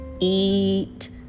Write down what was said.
eat